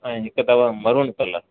ऐं हिकु अथव मरून कलर